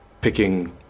picking